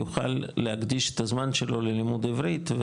יוכל העולה להקדיש את הזמן שלו ללימוד עברית,